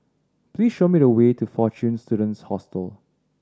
please show me the way to Fortune Students Hostel